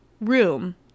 room